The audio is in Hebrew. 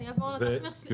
אני אעבור לקחת ממך.